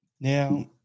Now